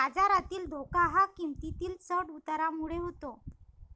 बाजारातील धोका हा किंमतीतील चढ उतारामुळे होतो